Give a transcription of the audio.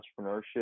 entrepreneurship